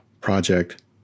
project